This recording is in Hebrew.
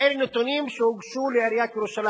אלה נתונים שהוגשו לעיריית ירושלים.